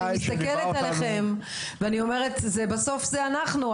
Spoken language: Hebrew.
אני מסתכלת עליכם ואני אומרת שבסוף זה אנחנו.